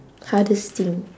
hardest thing